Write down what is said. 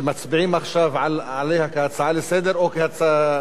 שמצביעים עכשיו עליה כהצעה לסדר-היום?